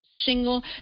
single